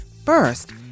first